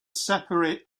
separate